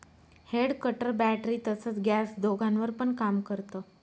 head cutter battery तसच gas दोघांवर पण काम करत